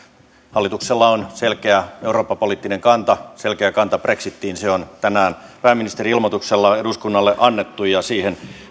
hallituksella on selkeä eurooppa poliittinen kanta selkeä kanta brexitiin se on tänään pääministerin ilmoituksella eduskunnalle annettu ja siihen